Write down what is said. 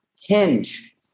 hinge